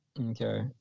okay